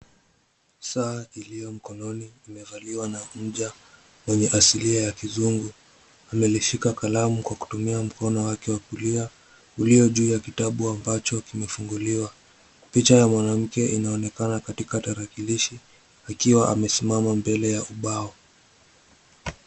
Saa iliyo mkononi imevaliwa na mja mwenye asili ya kizungu. Amelishika kalamu kwa kutumia mkono wake wa kulia ulio juu ya kitabu ambacho kimefunguliwa. Picha ya mwanamke inaonekana katika tarakilishi akiwa amesimama mbele ya ubao.